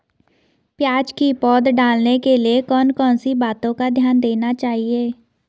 प्याज़ की पौध डालने के लिए कौन कौन सी बातों का ध्यान देना चाहिए?